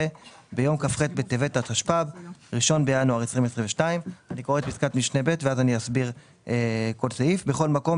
"ביום כ"ח בטבת התשפ"ב (1 בינואר 2022)". (ב)בכל מקום,